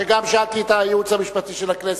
שגם שאלתי את הייעוץ המשפטי של הכנסת.